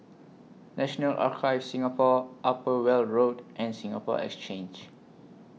National Archives Singapore Upper Weld Road and Singapore Exchange